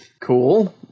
cool